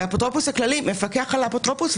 האפוטרופוס הכללי מפקח על האפוטרופוס,